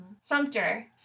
sumter